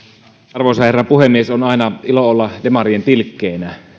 arvoisa herra puhemies on aina ilo olla demarien tilkkeenä